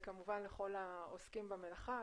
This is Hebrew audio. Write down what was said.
כמובן תודה לכל העוסקים במלאכה,